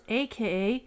aka